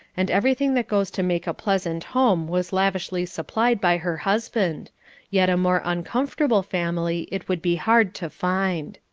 and everything that goes to make a pleasant home was lavishly supplied by her husband yet a more uncomfortable family it would be hard to find.